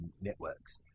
networks